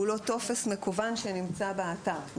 טופס מקוון שנמצא באתר.